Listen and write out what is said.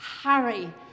Harry